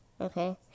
okay